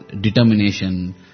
determination